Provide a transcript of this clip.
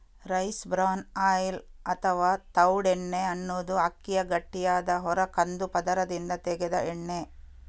rice bran oil ಅಥವಾ ತವುಡೆಣ್ಣೆ ಅನ್ನುದು ಅಕ್ಕಿಯ ಗಟ್ಟಿಯಾದ ಹೊರ ಕಂದು ಪದರದಿಂದ ತೆಗೆದ ಎಣ್ಣೆ